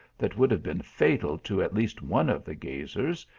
that would have been fatal to at least one of the gazers,